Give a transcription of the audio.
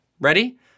Ready